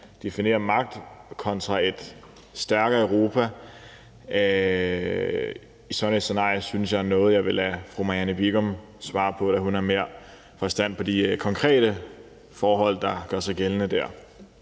definerer magt kontra et stærkere Europa. Sådan et scenarie synes jeg er noget, som jeg vil lade fru Marianne Bigum svare på, da hun har mere forstand på de konkrete forhold, der gør sig gældende der.